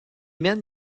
mène